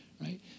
right